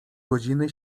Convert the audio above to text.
godziny